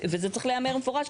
וזה צריך להיאמר במפורש.